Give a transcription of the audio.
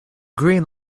green